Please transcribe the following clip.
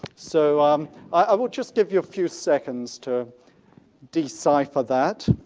so um i will just give you a few seconds to decipher that.